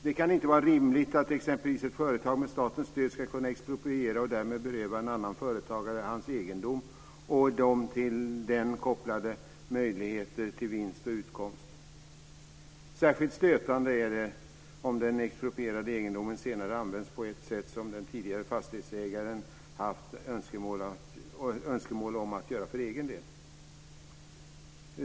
Det kan inte vara rimligt att exempelvis ett företag med statens stöd ska kunna expropriera och därmed beröva en annan företagare hans egendom och till den kopplade möjligheter till vinst och utkomst. Särskilt stötande är det om den exproprierade egendomen senare används på ett sätt som den tidigare fastighetsägaren haft önskemål om att göra för egen del.